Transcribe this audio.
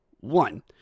One